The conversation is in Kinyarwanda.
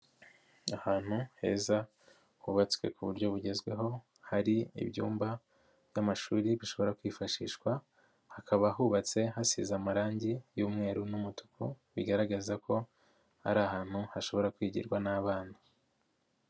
Ahantu heza hubatswe ku buryo bugezweho, hari ibyumba by'amashuri bishobora kwifashishwa, hakaba hubatse hasize amarangi y'umweru n'umutuku, bigaragaza ko ari ahantu hashobora kwigirwa n'abana.